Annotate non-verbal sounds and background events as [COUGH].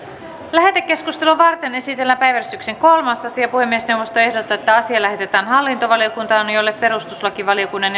lähetekeskustelua varten esitellään päiväjärjestyksen kolmas asia puhemiesneuvosto ehdottaa että asia lähetetään hallintovaliokuntaan jolle perustuslakivaliokunnan [UNINTELLIGIBLE]